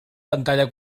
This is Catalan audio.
pantalla